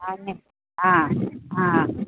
आनी आ आ